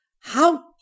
How